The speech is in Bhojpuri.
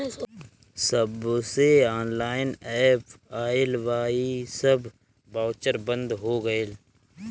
जबसे ऑनलाइन एप्प आईल बा इ सब बाउचर बंद हो गईल